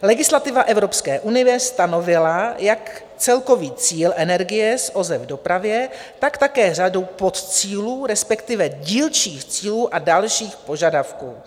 Legislativa Evropské unie stanovila jak celkový cíl energie z OZE v dopravě, tak také řadu podcílů, respektive dílčích cílů a dalších požadavků.